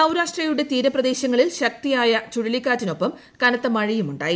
സൌരാഷ്ട്രയുടെ തീരപ്രദേശങ്ങളിൽ ശക്തിയായ ചുഴലിക്കാറ്റിനൊപ്പം കനത്ത മഴയും ഉണ്ടായി